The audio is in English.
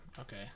Okay